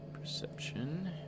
perception